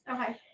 Okay